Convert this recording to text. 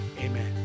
Amen